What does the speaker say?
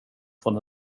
från